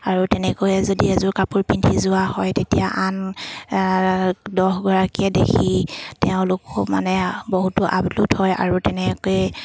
আৰু তেনেকৈয়ে যদি এযোৰ কাপোৰ পিন্ধি যোৱা হয় তেতিয়া আন দহগৰাকীয়ে দেখি তেওঁলোকো মানে বহুতো আপ্লুত হয় আৰু তেনেকৈ